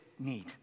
need